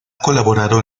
colaborado